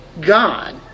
God